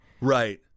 Right